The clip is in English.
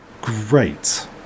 great